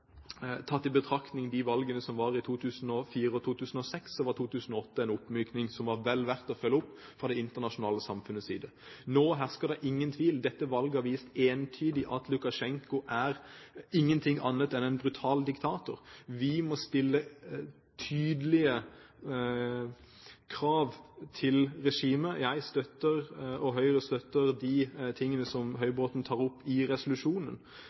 2006, var 2008 en oppmykning som var vel verd å følge opp fra det internasjonale samfunnets side. Nå hersker det ingen tvil: Dette valget har vist entydig at Lukasjenko er ingenting annet enn en brutal diktator. Vi må stille tydelige krav til regimet. Jeg og Høyre støtter de tingene Høybråten tar opp i